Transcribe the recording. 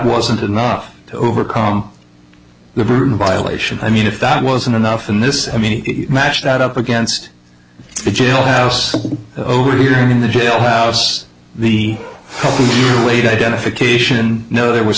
wasn't enough to overcome the violation i mean if that wasn't enough in this i mean match that up against the jailhouse over here in the jailhouse the late identification no there was